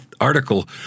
article